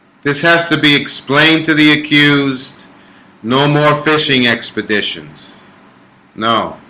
this has to be explained to the accused no more fishing expeditions no